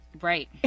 Right